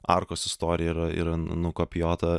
arkos istorija yra yra nukopijuota